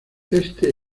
este